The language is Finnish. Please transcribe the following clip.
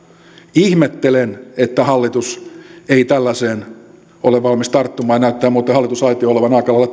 ihmettelen että hallitus ei tällaiseen ole valmis tarttumaan ja näyttää muuten hallitusaitio olevan aika lailla